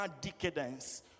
decadence